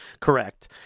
Correct